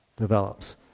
develops